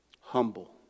Humble